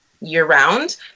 year-round